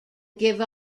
give